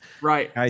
Right